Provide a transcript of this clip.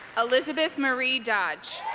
elizabeth marie dodge